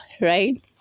right